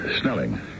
Snelling